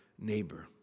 neighbor